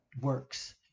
works